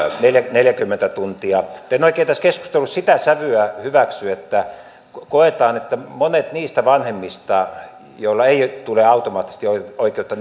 neljäkymmentä tuntia en oikein tässä keskustelussa sitä sävyä hyväksy että koetaan että monet niistä vanhemmista joille ei tule automaattisesti oikeutta